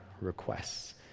requests